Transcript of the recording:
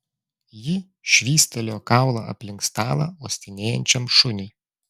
ji švystelėjo kaulą aplink stalą uostinėjančiam šuniui